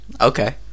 Okay